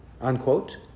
Unquote